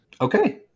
Okay